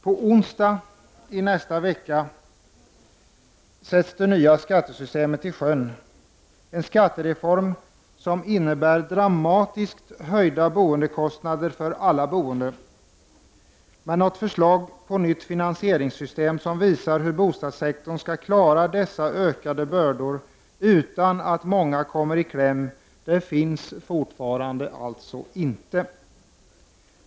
På onsdag nästa vecka sätts det nya skattesystemet i sjön. Den skattereformen innebär dramatiskt höjda boendekostnader för alla boende. Men något förslag till nytt finansieringssystem som visar hur bostadssektorn skall klara dessa ökade bördor utan att många kommer i kläm finns alltså fortfarande inte.